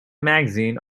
magazine